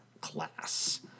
Class